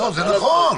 זה נכון.